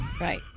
Right